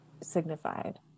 signified